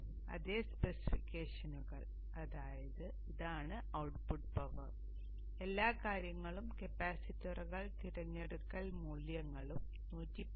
അതിനാൽ അതെ സ്പെസിഫിക്കേഷനുകൾ ഇതാണ് ഔട്ട്പുട്ട് പവർ എല്ലാ കാര്യങ്ങളും കപ്പാസിറ്ററുകൾ തിരഞ്ഞെടുക്കൽ മൂല്യങ്ങളും 110 114